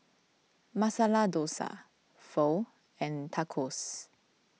Masala Dosa Pho and Tacos